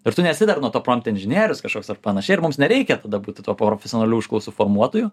ir tu nesi dar nuo to promt inžinierius kažkoks ar panašiai ir mums nereikia tada būti tuo profesionaliu užklausų formuotoju